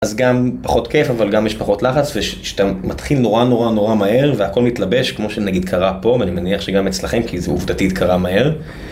אז גם פחות כיף אבל גם יש פחות לחץ ושאתה מתחיל נורא נורא נורא מהר והכל מתלבש כמו שנגיד קרה פה ואני מניח שגם אצלכם כי זה עובדתית קרה מהר.